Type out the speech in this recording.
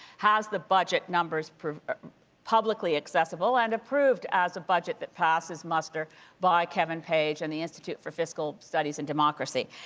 has the budget numbers publicly accessible and approved as a budget that passes muster by kevin page and the institute for fiscal studies and democracy.